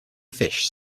fish